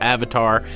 Avatar